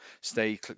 stay